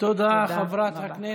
תודה רבה.